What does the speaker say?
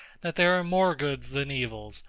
that there are more goods than evils,